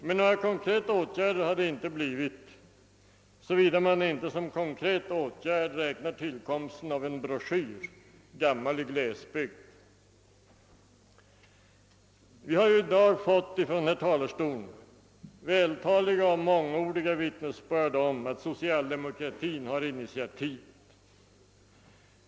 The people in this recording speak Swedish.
Men några konkreta åtgärder för att hjälpa glesbygdernas befolkning har inte vidtagits, såvida man inte som en sådan åtgärd räknar tillkomsten av en broschyr, Gammal i glesbygd. Vi har i dag från denna talarstol fått vältaliga och mångordiga vittnesbörd om socialdemokraternas förmåga att ta initiativ.